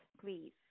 please